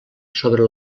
sobre